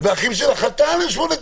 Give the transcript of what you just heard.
והאחרים של החתן הם שמונה.